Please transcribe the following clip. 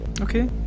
Okay